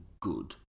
good